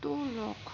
دو lakh